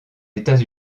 états